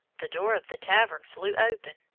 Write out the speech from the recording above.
the door of the tavern flew open,